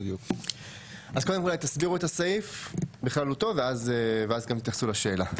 קודם תסבירו את הסעיף בכללותו, ותתייחסו לשאלה.